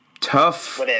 Tough